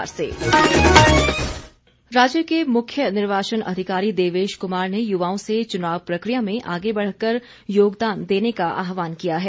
देवेश कुमार राज्य के मुख्य निर्वाचन अधिकारी देवेश कुमार ने युवाओं से चुनाव प्रक्रिया में आगे बढ़कर योगदान देने का आहवान किया है